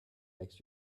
makes